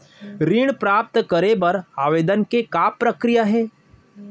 ऋण प्राप्त करे बर आवेदन के का प्रक्रिया हे?